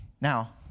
now